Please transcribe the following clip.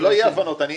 שלא יהיו אי הבנות,